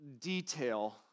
detail